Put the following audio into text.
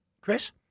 Chris